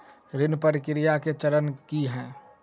ऋण प्रक्रिया केँ चरण की है?